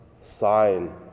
sign